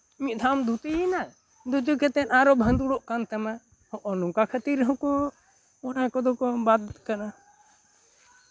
ᱢᱤᱫ ᱫᱷᱟᱣ ᱮᱢ ᱫᱷᱩᱛᱤᱭᱮᱱᱟ ᱫᱷᱩᱛᱤ ᱠᱟᱛᱮᱜ ᱟᱨᱚ ᱵᱷᱟᱸᱫᱩᱲᱚᱜ ᱠᱟᱱ ᱛᱟᱢᱟ ᱦᱚᱜᱼᱚᱭ ᱱᱚᱝᱠᱟ ᱠᱷᱟᱹᱛᱤᱨ ᱦᱚᱸ ᱠᱚ ᱚᱱᱟ ᱠᱚᱫᱚ ᱠᱚ ᱵᱟᱫ ᱠᱟᱫᱟ